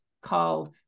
called